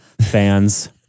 fans